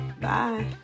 Bye